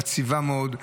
מעציבה מאוד,